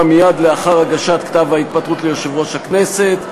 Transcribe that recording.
מייד לאחר הגשת כתב ההתפטרות ליושב-ראש הכנסת.